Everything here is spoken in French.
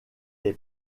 est